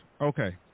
okay